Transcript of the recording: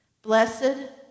blessed